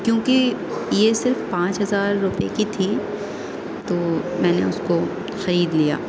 کیونکہ یہ صرف پانچ ہزار روپئے کی تھی تو میں نے اس کو خرید لیا